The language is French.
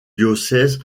diocèse